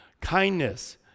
kindness